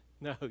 No